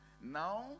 Now